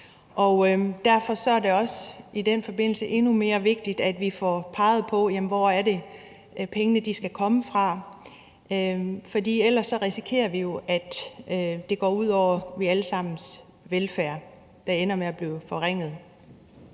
derfor er det også i den forbindelse endnu mere vigtigt, at vi får peget på, hvor det er, pengene skal komme fra. For ellers risikerer vi jo, at det går ud over vores alle sammens velfærd, der så ender med at blive forringet.